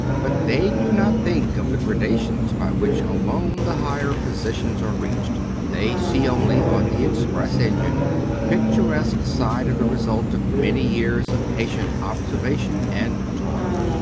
but they do not think of the gradations by which alone the higher positions are reached they see only on the express engine the picturesque side of the result of many years of patient observation and toil.